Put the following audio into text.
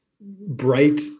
bright